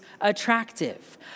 attractive